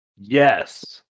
yes